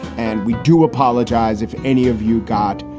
and we do apologize if any of you got